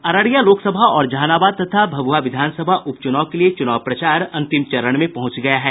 अररिया लोकसभा और जहानाबाद तथा भभुआ विधानसभा उप चुनाव के लिये चुनाव प्रचार अंतिम चरण में पहुंच गया है